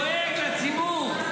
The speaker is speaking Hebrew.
דואג לציבור.